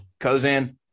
Kozan